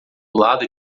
lado